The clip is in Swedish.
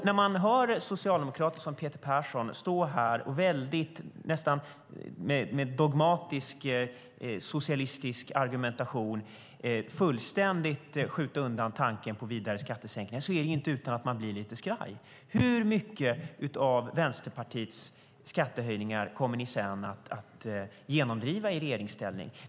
När man hör socialdemokrater som Peter Persson stå här och med nästan dogmatisk socialistisk argumentation fullständigt skjuta undan tanken på vidare skattesänkningar är det inte utan att man blir lite skraj. Hur mycket av Vänsterpartiets skattehöjningar kommer ni sedan att genomdriva i regeringsställning?